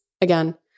again